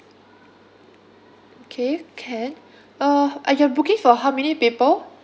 okay can uh ah you are booking for how many people